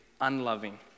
unloving